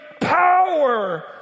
power